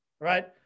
right